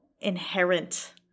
inherent